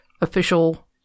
official